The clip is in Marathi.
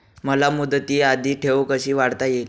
मला मुदती आधी ठेव कशी काढता येईल?